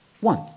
one